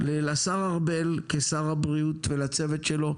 לשר ארבל כשר הבריאות ולצוות שלו,